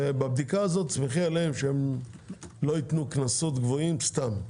ובבדיקה הזו תסמכי עליהם שהם לא ייתנו קנסות גבוהים סתם.